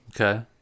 Okay